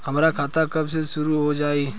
हमार खाता कब से शूरू हो जाई?